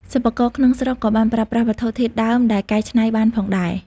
សិប្បករក្នុងស្រុកក៏បានប្រើប្រាស់វត្ថុធាតុដើមដែលកែច្នៃបានផងដែរ។